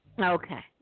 Okay